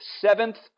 Seventh